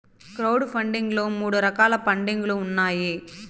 crowd funding లో మూడు రకాల పండింగ్ లు ఉన్నాయి